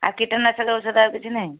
ଆଉ କୀଟନାଶକ ଔଷଧ ଆଉ କିଛି ନାହିଁ